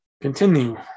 Continue